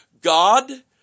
God